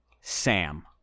Sam